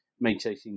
maintaining